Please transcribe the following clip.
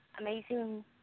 amazing